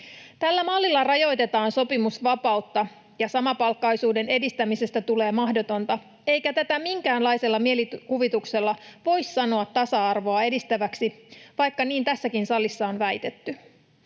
Tällä mallilla rajoitetaan sopimusvapautta, ja samapalkkaisuuden edistämisestä tulee mahdotonta, eikä tätä minkäänlaisella mielikuvituksella voi sanoa tasa-arvoa edistäväksi, vaikka niin tässäkin salissa on väitetty.